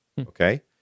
Okay